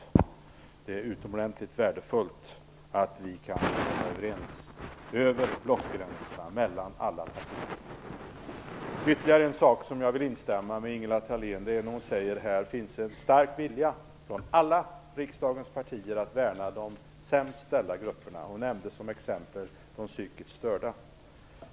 Det är utomordentligt värdefullt att vi kan komma överens över blockgränserna mellan alla partier. Ytterligare ett fall där jag vill instämma med Ingela Thalén är när hon säger att det finns en stark vilja från alla riksdagens partier att värna dem sämst ställda grupperna. Hon nämnde som exempel de psykiskt störda.